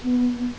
mm